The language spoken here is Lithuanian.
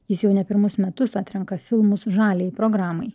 jis jau ne pirmus metus atrenka filmus žaliajai programai